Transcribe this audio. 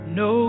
no